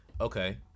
okay